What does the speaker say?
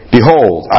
Behold